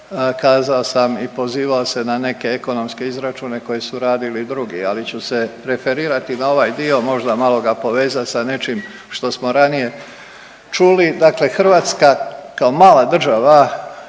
Kazao sam i pozivao se na neke ekonomske izračune koji su radili drugi, ali ću se referirati na ovaj dio, možda malo ga povezati s nečim što smo ranije čuli, dakle Hrvatska kao mala država